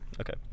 Okay